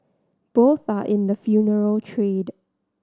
both are in the funeral trade